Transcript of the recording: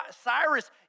Cyrus